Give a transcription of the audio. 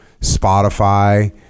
Spotify